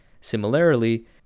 Similarly